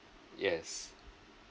yes